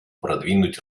продвинуть